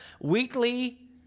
weekly